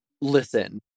listen